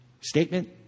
Statement